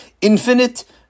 Infinite